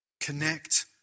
connect